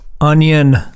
Onion